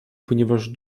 ponieważ